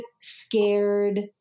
scared